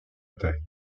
bataille